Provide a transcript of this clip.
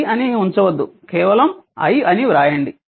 i అని ఉంచవద్దు కేవలం i అని వ్రాయండి